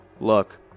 Look